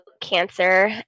cancer